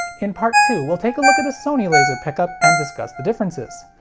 in part two, we'll take a look at a sony laser pickup and discuss the differences.